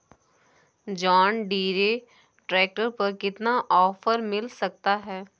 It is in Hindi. जॉन डीरे ट्रैक्टर पर कितना ऑफर मिल सकता है?